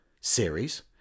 series